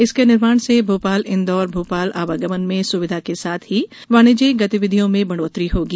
इसके निर्माण से भोपाल इंदौर भोपाल आवागमन में सुविधा के साथ ही वाणिज्यिक गतिविधियों में बढ़ोत्तरी होगी